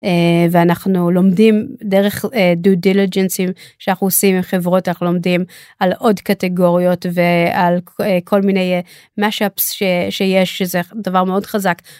ואנחנו לומדים דרך דיו דיליג'נסים שאנחנו עושים עם חברות אנחנו לומדים על עוד קטגוריות ועל כל מיני מאשאפס שיש שזה דבר מאוד חזק.